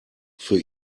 für